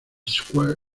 square